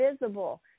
visible